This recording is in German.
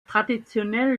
traditionell